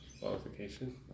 qualification